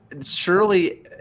surely